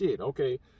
okay